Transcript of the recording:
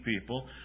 people